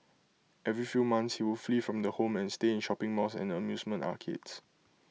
every few months he would flee from the home and stay in shopping malls and amusement arcades